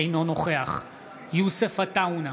אינו נוכח יוסף עטאונה,